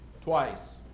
twice